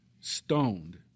stoned